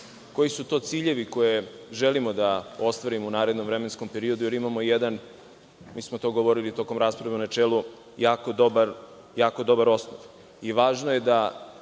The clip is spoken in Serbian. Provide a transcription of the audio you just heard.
koji su to ciljevi koje želimo da ostvarimo u narednom vremenskom periodu, jer imamo jedan, mi smo to govorili tokom rasprave u načelu, jako dobar osnov.